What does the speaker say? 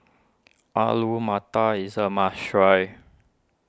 Alu Matar is a must try